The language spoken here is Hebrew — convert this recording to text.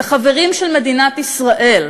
את החברים של מדינת ישראל,